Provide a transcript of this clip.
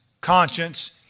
conscience